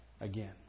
again